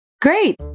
Great